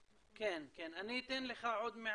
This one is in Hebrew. כן יש מגמה חיובית